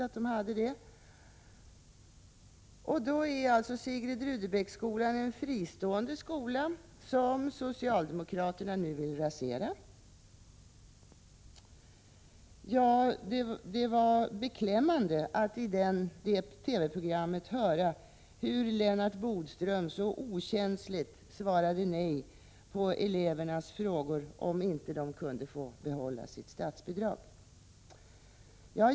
Sigrid Rudebecks gymnasium är en fristående skola, som socialdemokraterna nu vill rasera. Det var beklämmande att i det TV-programmet höra hur Lennart Bodström så okänsligt svarade nej på elevernas fråga om de inte kunde få behålla sitt statsbidrag.